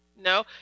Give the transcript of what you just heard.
No